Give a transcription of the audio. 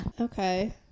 Okay